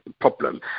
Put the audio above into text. problem